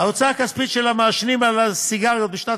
ההוצאה הכספית של המעשנים על סיגריות בשנת